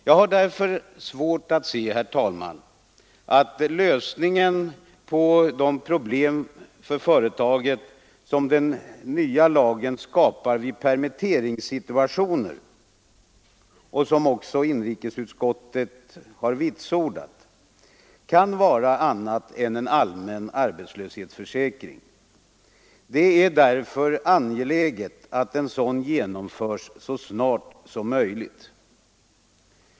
Jag har därför svårt att se, herr talman, att lösningen på de problem för företaget som den nya lagen skapar vid permitteringssituationer — och som också inrikesutskottet vitsordar — kan vara annat än en allmän arbetslöshetsförsäkring. Det är därför angeläget att en sådan genomförs så snart som möjligt.